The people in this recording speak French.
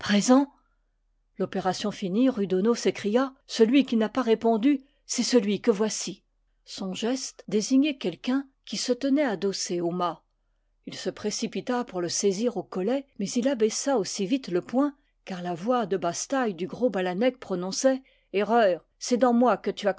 l'opération finie rudono s'écria celui qui n'a pas répondu c'est celui que voici son geste désignait quelqu'un qui se tenait adossé au mât il se précipita pour le saisir au collet mais il abaissa aussi vite le poing car la voix de basse-taille du gros bala nec prononçait c erreur c'est dans moi que tu as